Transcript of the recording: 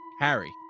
Harry